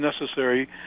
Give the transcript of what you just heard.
necessary